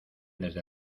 desde